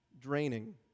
draining